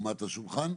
חוכמת השולחן,